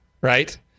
right